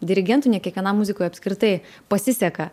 dirigentui ne kiekvienam muzikoj apskritai pasiseka